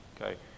Okay